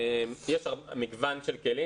יש מגוון כלים.